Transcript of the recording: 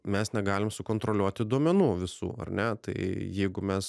mes negalim sukontroliuoti duomenų visų ar ne tai jeigu mes